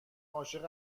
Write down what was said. عاشق